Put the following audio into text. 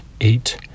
eight